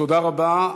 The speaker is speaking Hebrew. תודה רבה.